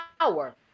power